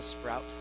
sprout